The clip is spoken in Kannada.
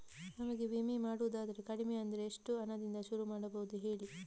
ನಮಗೆ ವಿಮೆ ಮಾಡೋದಾದ್ರೆ ಕಡಿಮೆ ಅಂದ್ರೆ ಎಷ್ಟು ಹಣದಿಂದ ಶುರು ಮಾಡಬಹುದು ಹೇಳಿ